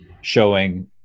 showing